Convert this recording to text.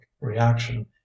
reaction